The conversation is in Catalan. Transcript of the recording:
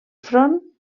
front